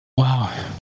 Wow